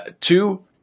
two